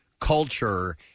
culture